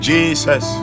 Jesus